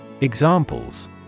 Examples